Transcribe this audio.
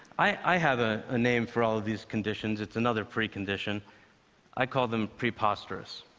i have a name for all of these conditions, it's another precondition i call them preposterous.